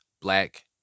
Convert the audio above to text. black